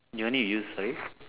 you only use sorry